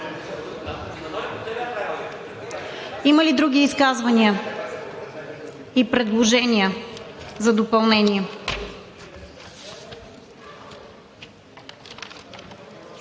Има ли други изказвания и предложения за допълнения?